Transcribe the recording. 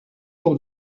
pour